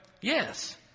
Yes